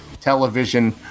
television